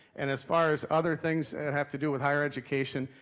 and as far as other things that have to do with higher education,